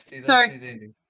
Sorry